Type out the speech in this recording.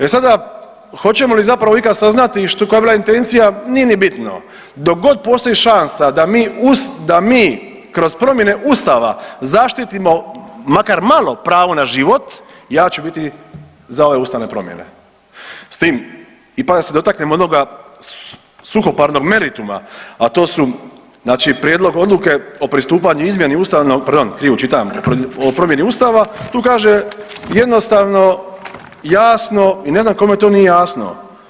E sada, hoćemo li zapravo ikad saznati koja je bila intencija, nije ni bitno, dok god postoji šansa da mi, da mi kroz promjene Ustava zaštitimo makar malo pravo na život ja ću biti za ove ustavne promjene s tim i bar da se dotaknemo jednoga suhoparnog merituma, a to su znači Prijedlog Odluke o pristupanju izmjeni ustavnog, pardon krivo čitam, o promjeni Ustava tu kaže jednostavno, jasno i ne znam kome to nije jasno.